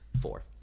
four